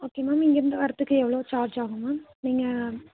okay ma'am இங்கேருந்து வரத்துக்கு எவ்வளோ சார்ஜ் ஆகும் மேம் நீங்கள்